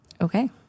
Okay